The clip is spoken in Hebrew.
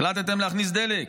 החלטתם להכניס דלק?